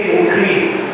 increased